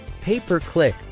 pay-per-click